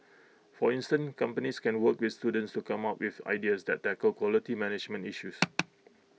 for instance companies can work with students to come up with ideas that tackle quality management issues